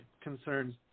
concerns